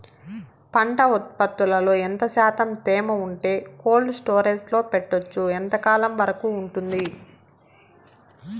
పంట ఉత్పత్తులలో ఎంత శాతం తేమ ఉంటే కోల్డ్ స్టోరేజ్ లో పెట్టొచ్చు? ఎంతకాలం వరకు ఉంటుంది